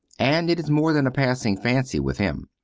and it is more than a passing fancy with him.